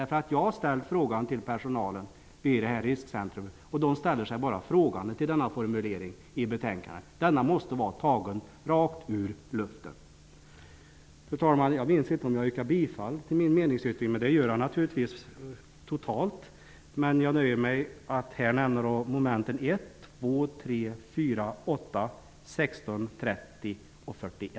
Jag har ställt frågan till personalen vid Riskcentrum, och den ställer sig bara frågande till denna formulering i betänkandet. Den måste vara tagen ur luften. Fru talman! Jag minns inte om jag har yrkat bifall till min meningsyttring. Det gör jag naturligtvis totalt, men jag nöjer mig med att här nämna mom.